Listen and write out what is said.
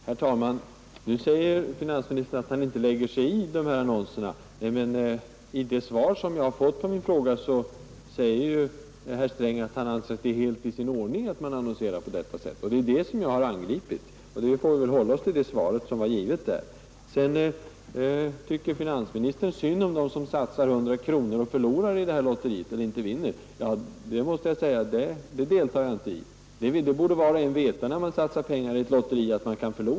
Herr talman! Nu säger herr finansministern att han inte lägger sig i dessa annonser, men i det svar jag har fått på min fråga säger herr Sträng att han anser att det är helt i sin ordning att man annonserar på detta sätt. Det är det som jag har angripit. Vi får väl hålla oss till det svar finansministern givit på min fråga. Vidare tycker finansministern synd om de människor som satsar 100 kronor och inte får någon vinst i lotteriet. Jag måste säga att jag inte delar denna inställning. Var och en borde veta att man kan förlora när man satsar pengar i ett lotteri.